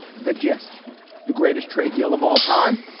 the jeste the greatest trade deal of all time.